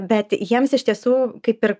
bet jiems iš tiesų kaip ir